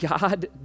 God